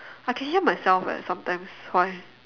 I can hear myself eh sometimes why